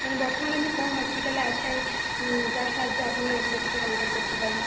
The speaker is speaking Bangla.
মানে বর্তমানে আপনি কোন হসপিটালে আছেন যার সাহায্যে আপনি আপনার সাথে কন্টাক্ট করতে পারি